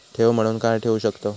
ठेव म्हणून काय ठेवू शकताव?